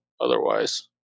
Otherwise